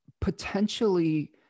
Potentially